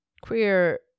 queer